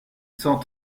cent